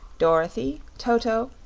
dorothy, toto,